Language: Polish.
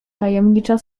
tajemnicza